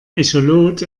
echolot